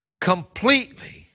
completely